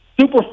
Super